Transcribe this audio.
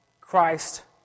Christ